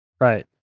Right